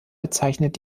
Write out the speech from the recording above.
bezeichnet